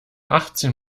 achtzehn